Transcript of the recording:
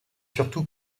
surtout